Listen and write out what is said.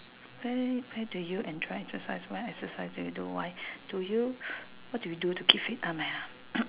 where where do you enjoy exercise what exercise do you do why do you what do you do to keep fit ah me ah